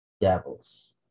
devils